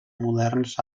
moderns